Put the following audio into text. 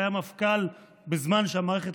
שהיה מפכ"ל בזמן שהמערכת,